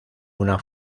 una